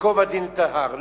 ייקוב הדין את ההר.